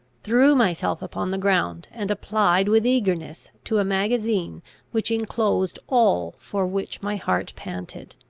threw myself upon the ground, and applied with eagerness to a magazine which inclosed all for which my heart panted.